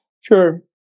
Sure